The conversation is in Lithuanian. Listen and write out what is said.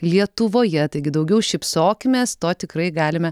lietuvoje taigi daugiau šypsokimės to tikrai galime